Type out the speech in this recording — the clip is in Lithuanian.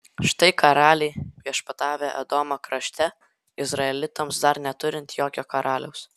štai karaliai viešpatavę edomo krašte izraelitams dar neturint jokio karaliaus